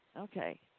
Okay